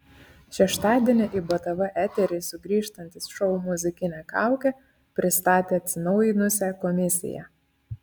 šeštadienį į btv eterį sugrįžtantis šou muzikinė kaukė pristatė atsinaujinusią komisiją